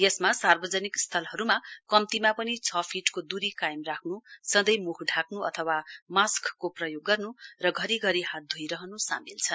यसमा सार्वजनिक स्थलहरुमा कम्तीमा पनि छ फीटको दूरी कायम राख्नु सधै मुख ढाक्नु अथवा मास्कको प्रयोग गर्नु र घरिघरि हात धोइरहनु सामेल छन्